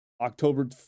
October